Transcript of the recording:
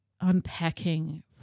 unpacking